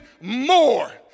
more